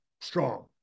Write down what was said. strong